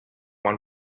one